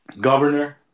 Governor